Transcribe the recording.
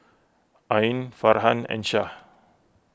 Ain Farhan and Shah